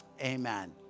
amen